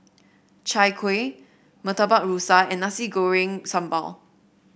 Chai Kueh Murtabak Rusa and Nasi Goreng Sambal